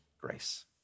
grace